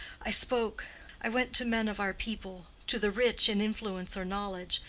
i spoke i went to men of our people to the rich in influence or knowledge,